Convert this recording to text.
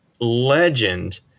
legend